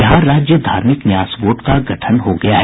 बिहार राज्य धार्मिक न्यास बोर्ड का गठन हो गया है